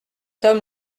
homme